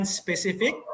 specific